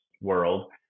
world